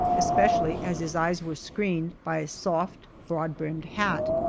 especially as his eyes were screened by a soft, broad-brimmed hat.